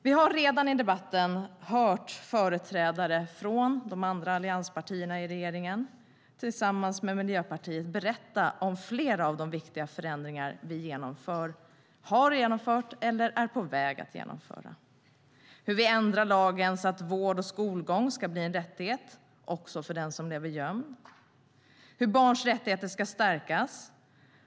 Vi har tidigare i debatten hört företrädare från de andra allianspartierna i regeringen tillsammans med företrädare från Miljöpartiet berätta om fler av de viktiga förändringar som vi genomför, har genomfört eller är på väg att genomföra. Det handlar om hur vi ändrar lagen så att vård och skolgång ska bli en rättighet också för den som lever gömd och hur barns rättigheter ska stärkas.